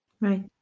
Right